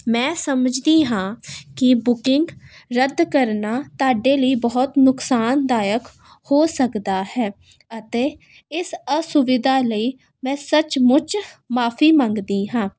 ਮੈਂ ਸਮਝਦੀ ਹਾਂ ਕਿ ਬੁਕਿੰਗ ਰੱਦ ਕਰਨਾ ਤੁਹਾਡੇ ਲਈ ਬਹੁਤ ਨੁਕਸਾਨਦਾਇਕ ਹੋ ਸਕਦਾ ਹੈ ਅਤੇ ਇਸ ਅਸੁਵਿਧਾ ਲਈ ਮੈਂ ਸੱਚ ਮੁੱਚ ਮੁਆਫੀ ਮੰਗਦੀ ਹਾਂ